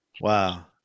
Wow